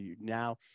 now